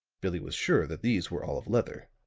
billie was sure that these were all of leather.